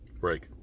Break